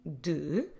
DE